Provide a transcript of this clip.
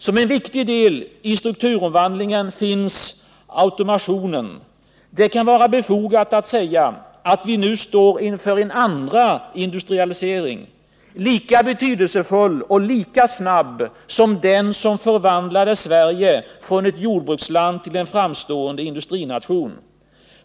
Som en viktig del i strukturomvandlingen finns automationen. Det kan vara befogat att säga att vi nu står inför en andra industrialisering, lika betydelsefull och lika snabb som den som förvandlade Sverige från ett jordbruksland till en framstående industrination.